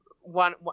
one